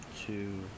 two